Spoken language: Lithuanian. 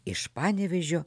iš panevėžio